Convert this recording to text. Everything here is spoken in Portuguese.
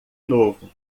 novo